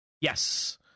Yes